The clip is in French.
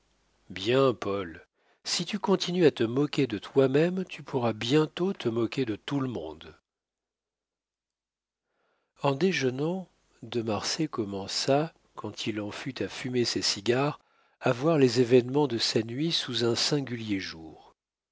bien paul si tu continues à te moquer de toi-même tu pourras bientôt te moquer de tout le monde en déjeunant de marsay commença quand il en fut à fumer ses cigares à voir les événements de sa nuit sous un singulier jour